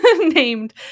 named